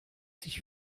sich